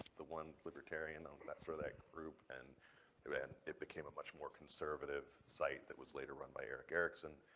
the one libertarian on that sort of that group. and then, it became a much more conservative site that was later on by erik erikson.